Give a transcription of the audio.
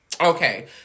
Okay